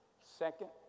Second